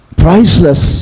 priceless